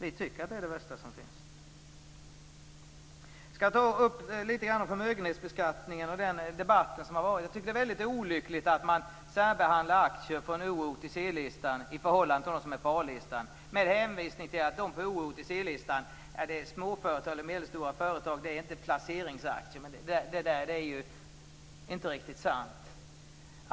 Vi tycker att det är det värsta som finns. Jag skall nämna några saker om förmögenhetsbeskattningen och debatten om den. Det är väldigt olyckligt att man särbehandlar aktier på O-listan OTC-listan i förhållande till dem på A-listan, med hänvisning till att aktierna på O-listan och OTC-listan med små och medelstora företag inte är placeringsaktier. Det är ju inte riktigt sant.